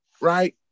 right